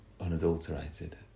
..unadulterated